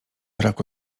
raku